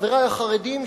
חברי החרדים,